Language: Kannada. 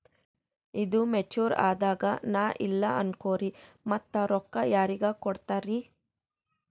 ಈದು ಮೆಚುರ್ ಅದಾಗ ನಾ ಇಲ್ಲ ಅನಕೊರಿ ಮತ್ತ ರೊಕ್ಕ ಯಾರಿಗ ಕೊಡತಿರಿ?